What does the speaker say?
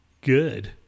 Good